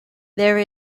there